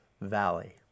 valley